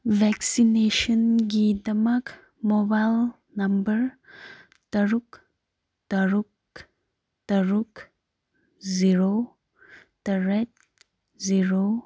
ꯚꯦꯛꯁꯤꯅꯦꯁꯟꯒꯤꯗꯃꯛ mobile number ꯇꯔꯨꯛ ꯇꯔꯨꯛ ꯇꯔꯨꯛ ꯖꯤꯔꯣ ꯇꯔꯦꯠ ꯖꯤꯔꯣ